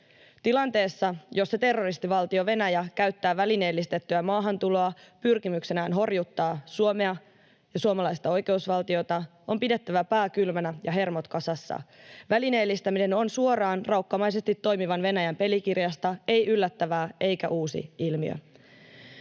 Tilanteessa, jossa terroristivaltio Venäjä käyttää välineellistettyä maahantuloa pyrkimyksenään horjuttaa Suomea ja suomalaista oikeusvaltiota, on pidettävä pää kylmänä ja hermot kasassa. Välineellistäminen on suoraan raukkamaisesti toimivan Venäjän pelikirjasta — ei yllättävää eikä uusi ilmiö.